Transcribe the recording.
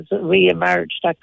re-emerged